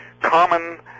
common